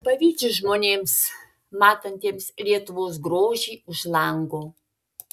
pavydžiu žmonėms matantiems lietuvos grožį už lango